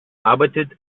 arbeitet